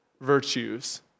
virtues